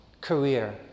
career